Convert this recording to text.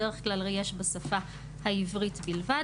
בדרך כלל יש בשפה העברית בלבד.